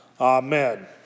Amen